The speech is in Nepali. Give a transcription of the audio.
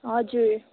हजुर